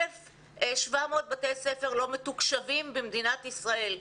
1,700 בתי ספר לא מתוקשבים במדינת ישראל,